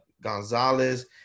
Gonzalez